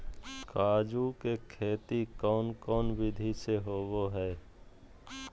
काजू के खेती कौन कौन विधि से होबो हय?